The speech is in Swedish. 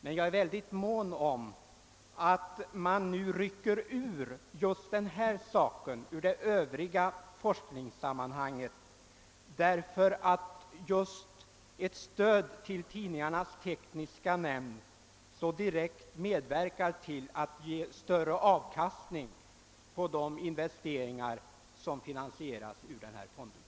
Men jag är mån om att rycka ut just den här saken ur det övriga forskningssammanhanget, därför att ett stöd till tidningarnas tekniska nämnd så direkt medverkar till att ge större avkastning på de investeringar som finansieras ur pressens lånefond.